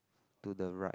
to the right